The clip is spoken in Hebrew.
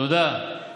תודה.